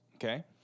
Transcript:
okay